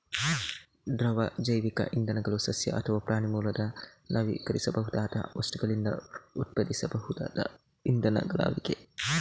ದ್ರವ ಜೈವಿಕ ಇಂಧನಗಳು ಸಸ್ಯ ಅಥವಾ ಪ್ರಾಣಿ ಮೂಲದ ನವೀಕರಿಸಬಹುದಾದ ವಸ್ತುಗಳಿಂದ ಉತ್ಪಾದಿಸಬಹುದಾದ ಇಂಧನಗಳಾಗಿವೆ